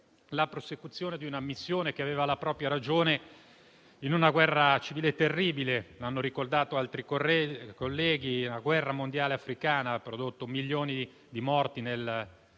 la prosecuzione di una missione che aveva la propria ragione in una guerra civile terribile. Come hanno ricordato altri colleghi, la guerra mondiale africana ha prodotto milioni di morti, nel